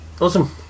Awesome